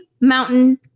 Mountain